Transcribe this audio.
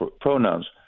pronouns